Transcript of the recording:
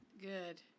good